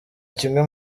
kimwe